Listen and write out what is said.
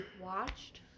watched